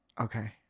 Okay